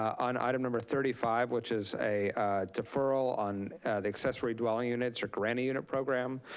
on item number thirty five, which is a deferral on the accessory dwelling units, or grant a unit program,